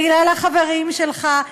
בגלל החברים שלך.